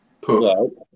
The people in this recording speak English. put